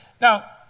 Now